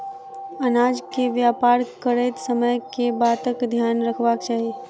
अनाज केँ व्यापार करैत समय केँ बातक ध्यान रखबाक चाहि?